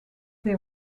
they